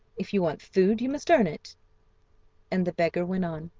if you want food you must earn it and the beggar went on.